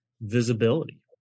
visibility